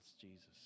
Jesus